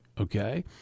okay